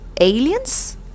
Aliens